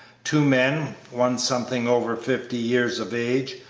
two men, one something over fifty years of age,